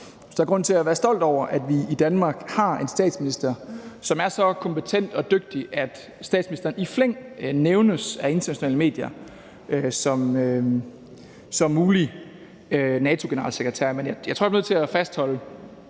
at der er grund til at være stolt over, at vi i Danmark har en statsminister, som er så kompetent og dygtig, at statsministeren i flæng nævnes af internationale medier som mulig NATO-generalsekretær. Men jeg tror, jeg bliver nødt til at fastholde,